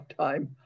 time